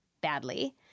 badly